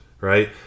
right